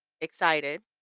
excited